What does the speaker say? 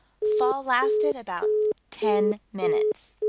fall lasted about ten minutes.